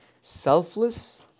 selfless